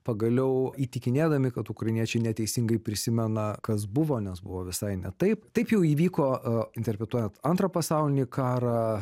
pagaliau įtikinėdami kad ukrainiečiai neteisingai prisimena kas buvo nes buvo visai ne taip taip jau įvyko a interpretuojant antrą pasaulinį karą